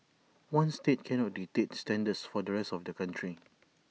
one state cannot dictate standards for the rest of the country